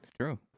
true